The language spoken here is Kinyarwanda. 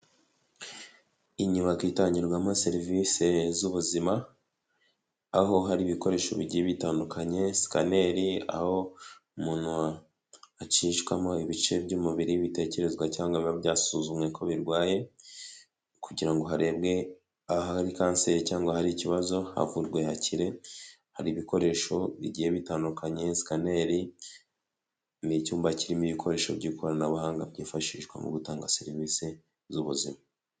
Inyubako itangirwamo serivisi z'ubuzima, aho hari ibikoresho bigiye bitandukanye (sikaneri), aho umuntu acishwamo ibice by'umubiri bitekerezwa cyangwa biba byasuzumwe ko birwaye, kugira ngo harebwe ahari kanseri cyangwa ahari ikibazo havurwe hakire, hari ibikoresho bigiye bitandukanye(sikaneri), ni icyumba kirimo ibikoresho by'ikoranabuhanga byifashishwa mu gutanga serivisi z'ubuzima.